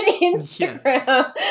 Instagram